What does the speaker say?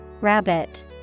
Rabbit